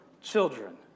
children